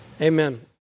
Amen